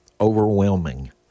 overwhelming